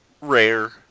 rare